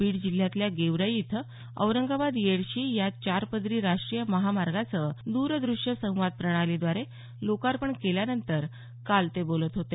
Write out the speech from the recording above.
बीड जिल्ह्यातल्या गेवराई इथं औरंगाबाद येडशी या चारपदरी राष्ट्रीय महामार्गाचं दरदृश्य संवाद प्रणालीद्वारे लोकार्पण केल्यानंतर ते काल बोलत होते